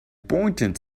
pointed